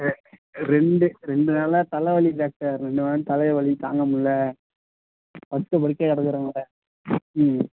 ரெண்டு ரெண்டு நாளாக தலைவலி டாக்டர் ரெண்டு நாளாக தலையை வலி தாங்கமுடில படுத்த படுக்கையாக கிடக்குறேங்க சார் ம்